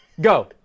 Go